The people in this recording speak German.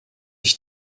ich